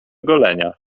golenia